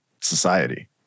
society